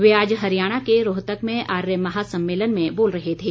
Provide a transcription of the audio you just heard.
वे आज हरियाणा के रोहतक में आर्य महासम्मेलन में बोल रहे थे